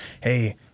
hey